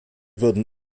würden